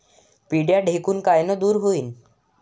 पिढ्या ढेकूण कायनं दूर होईन?